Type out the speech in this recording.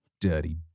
dirty